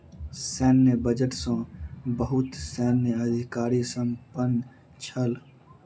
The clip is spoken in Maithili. सैन्य बजट सॅ बहुत सैन्य अधिकारी प्रसन्न छल